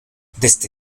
desde